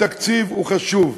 התקציב הוא חשוב,